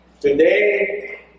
today